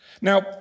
Now